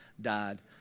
died